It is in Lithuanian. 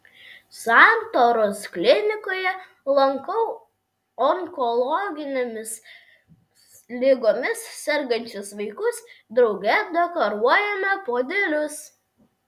santaros klinikoje lankau onkologinėmis ligomis sergančius vaikus drauge dekoruojame puodelius